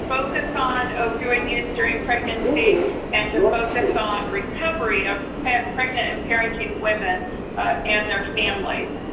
focus on opioid use during pregnancy and to focus on recovery of pregnant and parenting women and their families.